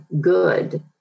good